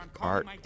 art